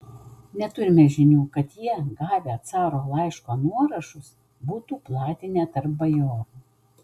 neturime žinių kad jie gavę caro laiško nuorašus būtų platinę tarp bajorų